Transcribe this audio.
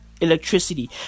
electricity